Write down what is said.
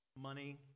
money